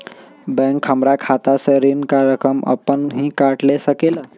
Bank हमार खाता से ऋण का रकम अपन हीं काट ले सकेला?